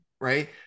right